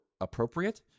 appropriate